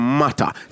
matter